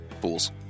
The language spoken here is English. Fools